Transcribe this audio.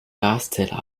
gaszähler